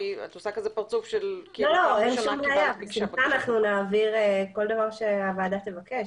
בשמחה נעביר כל מה שהוועדה תבקש.